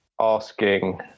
asking